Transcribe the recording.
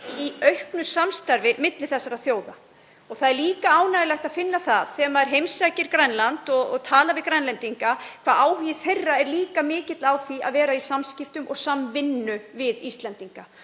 í auknu samstarfi milli þessara þjóða. Það er líka ánægjulegt að finna það, þegar maður heimsækir Grænland og talar við Grænlendinga, hve áhugi þeirra er mikill á því að vera í samskiptum og samvinnu við Íslendinga